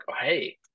Hey